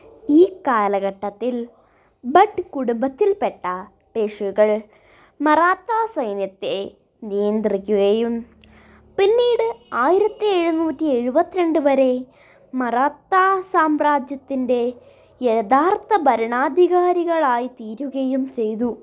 ഈ കാലഘട്ടത്തിൽ ഭട്ട് കുടുംബത്തിൽപ്പെട്ട പേഷ്വകൾ മറാത്താസൈന്യത്തെ നിയന്ത്രിക്കുകയും പിന്നീട് ആയിരത്തിയെഴുന്നൂറ്റി എഴുപത്തി രണ്ട് വരെ മറാത്താ സാമ്രാജ്യത്തിൻ്റെ യഥാർത്ഥ ഭരണാധികാരികളായി തീരുകയും ചെയ്തു